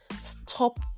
Stop